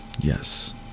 Yes